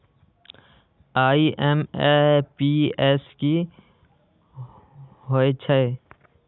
IMPS की होईछइ?